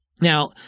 Now